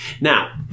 Now